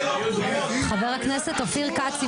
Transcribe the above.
חבר הכנסת אופיר כץ,